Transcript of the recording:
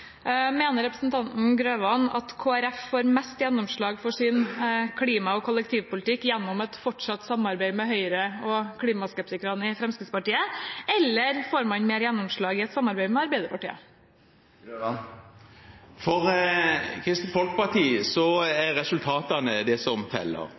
Mener representanten Grøvan at Kristelig Folkeparti får mest gjennomslag for sin klima- og kollektivpolitikk gjennom et fortsatt samarbeid med Høyre og klimaskeptikerne i Fremskrittspartiet, eller får man mer gjennomslag i et samarbeid med Arbeiderpartiet? For Kristelig Folkeparti er resultatene det som teller.